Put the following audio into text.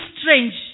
strange